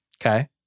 Okay